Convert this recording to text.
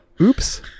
oops